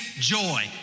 joy